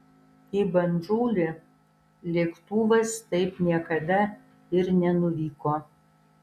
į bandžulį lėktuvas taip niekada ir nenuvyko